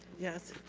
yes.